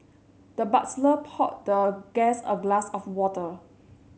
the butler poured the guest a glass of water